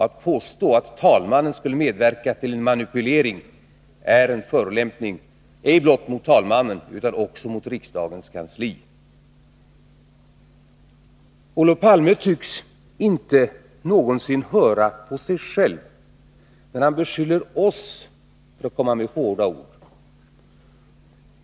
Att påstå att talmannen skulle medverka till manipulering är en förolämpning inte bara mot talmannen, utan också mot riksdagens kammarkansli. Olof Palme tycks inte någonsin höra på sig själv när han beskyller oss för att komma med hårda ord.